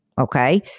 okay